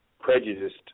prejudiced